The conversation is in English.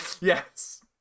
yes